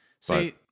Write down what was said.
see